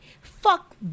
fuck